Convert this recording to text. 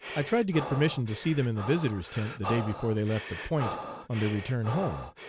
i tried to get permission to see them in the visitors tent' the day before they left the point on their return home,